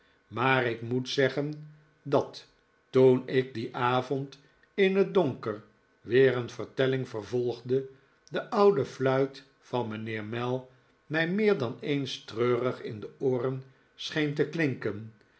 maar ik moet zeggen dat toen ik dien avond in het donker weer een vertelling vervolgde de oude fluit van mijnheer mell mij meer dan eens treurig in de ooren scneen te klinken